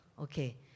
Okay